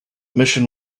mission